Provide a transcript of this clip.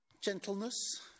gentleness